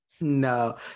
No